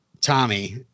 Tommy